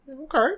okay